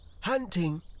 Hunting